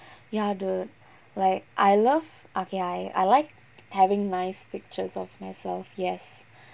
ya the like I love okay I like having nice pictures of myself yes